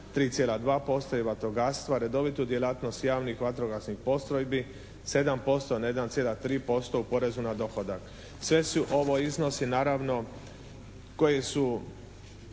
3,2% i vatrogastva, redovitu djelatnost javnih vatrogasnih postrojbi 7% na 1,3% u porezu na dohodak. Sve su ovo iznosi naravno koji su